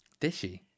Dishy